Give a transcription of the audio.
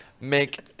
make